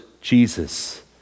Jesus